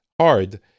hard